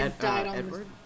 Edward